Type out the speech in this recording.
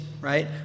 right